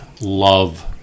love